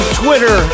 twitter